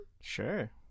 Sure